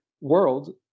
world